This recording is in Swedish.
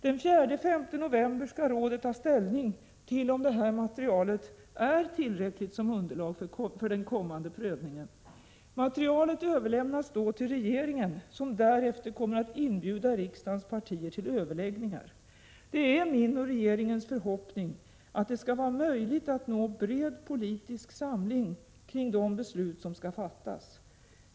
Den 4-5 november skall rådet ta ställning till om detta material är tillräckligt som underlag för den kommande prövningen. Materialet överlämnas då till regeringen, som därefter kommer att inbjuda riksdagens partier till överläggningar. Det är min och regeringens förhoppning att det skall vara möjligt att nå bred politisk samling kring de beslut som skall fattas.